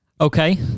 Okay